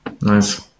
Nice